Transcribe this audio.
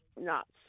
nuts